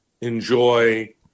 enjoy